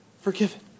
Forgiven